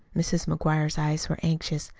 mrs. mcguire's eyes were anxious.